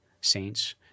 saints